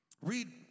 Read